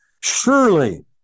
Surely